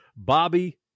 Bobby